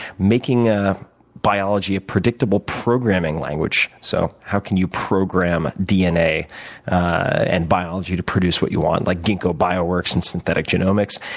making a biology biology of predictable programming language. so, how can you program dna and biology to produce what you want? like ginkgo bio works and synthetic genomics.